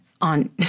on